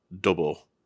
double